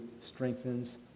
strengthens